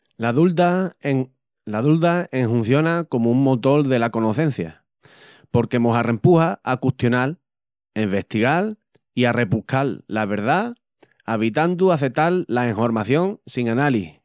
La dulda enhunciona comu un motol dela conocencia, porque mos arrempuxa a custional, envestigal i arrebuscal la verdá, avitandu acetal la enhormación sin analís.